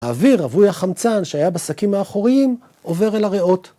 האוויר רווי החמצן שהיה בשקים האחוריים עובר אל הריאות.